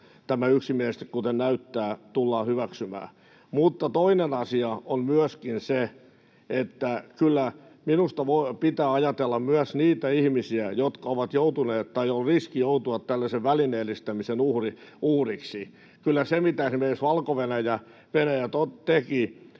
tämä yksimielisesti, kuten näyttää, tullaan hyväksymään. Mutta toinen asia on myöskin se, että kyllä minusta pitää ajatella myös niitä ihmisiä, jotka ovat joutuneet tai joilla on riski joutua tällaisen välineellistämisen uhriksi. Kyllä se, mitä esimerkiksi Valko-Venäjä teki,